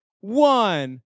one